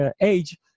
age